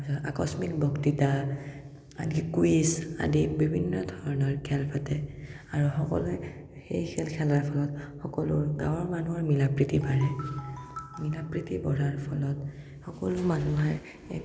আকস্মিক বক্তৃতা আদি কুইজ আদি বিভিন্ন ধৰণৰ খেল পাতে আৰু সকলোৱে সেই খেল খেলাৰ ফলত গাঁৱৰ মানুহৰ মিলা প্ৰীতি বাঢ়ে মিলা প্ৰীতি বঢ়াৰ ফলত সকলো মানুহে একগোট